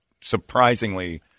surprisingly –